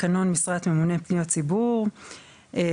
תקנון משרת ממונה פניות ציבור וכו',